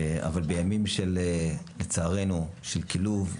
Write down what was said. אבל בימים לצערנו של כילוב,